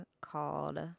called